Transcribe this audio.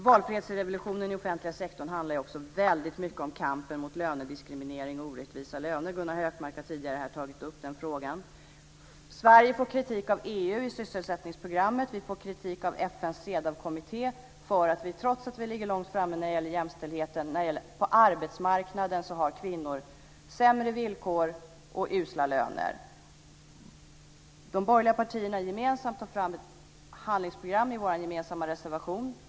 Valfrihetsrevolutionen i offentliga sektorn handlar också väldigt mycket om kampen mot lönediskriminering och orättvisa löner. Gunnar Hökmark har här tidigare tagit upp den frågan. Sverige får kritik av EU i sysselsättningsprogrammet. Vi får kritik av FN:s CEDAW-kommitté för att kvinnor, trots att vi ligger långt framme när det gäller jämställdheten, har sämre villkor och usla löner på arbetsmarknaden. De borgerliga partierna tar gemensamt fram ett handlingsprogram och en gemensam reservation.